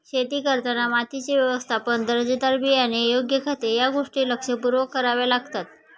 शेती करताना मातीचे व्यवस्थापन, दर्जेदार बियाणे, योग्य खते या गोष्टी लक्षपूर्वक कराव्या लागतात